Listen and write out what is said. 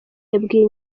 yabwiye